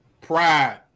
pride